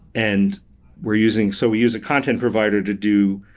and we're using so we use a content provider to do